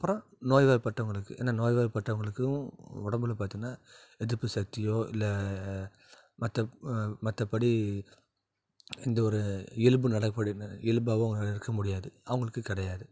அப்புறோம் நோய்வாய்பட்டவங்களுக்கு ஏன்னா நோய்வாய்பட்டவங்களுக்கும் உடம்பில் பார்த்தம்னா எதிர்ப்பு சக்தியோ இல்லை மற்ற மற்றபடி எந்த ஒரு இயல்பு நலபடினா இயல்பாகவும் இருக்க முடியாது அவங்களுக்கு கிடையாது